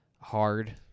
hard